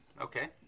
Okay